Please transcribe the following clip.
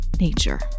nature